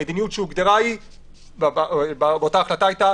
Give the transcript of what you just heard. המדיניות שהוגדרה באותה החלטה הייתה